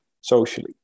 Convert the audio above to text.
socially